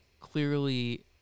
clearly